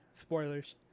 Spoilers